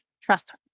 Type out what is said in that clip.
trust